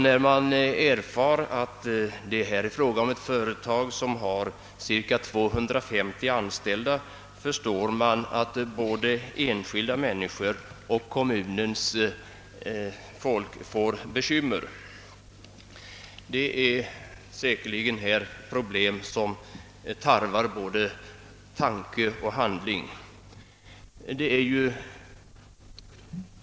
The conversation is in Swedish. När man erfar att företaget har 250 anställda förstår man att både enskilda människor och kommunens folk får bekymmer. Det är här fråga om problem som tarvar både tanke och handling.